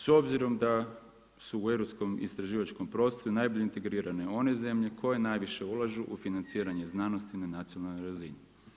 S obzirom da su u Europskom istraživački prostor najbolje integrirane one zemlje koje najviše ulažu u financiranje znanosti na nacionalnoj razini.